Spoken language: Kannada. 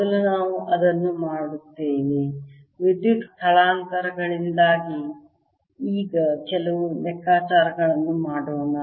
ಮೊದಲು ನಾವು ಅದನ್ನು ಮಾಡುತ್ತೇವೆ ವಿದ್ಯುತ್ ಸ್ಥಳಾಂತರಗಳಿಗಾಗಿ ಈಗ ಕೆಲವು ಲೆಕ್ಕಾಚಾರಗಳನ್ನು ಮಾಡೋಣ